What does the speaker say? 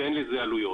שאין לזה עלויות.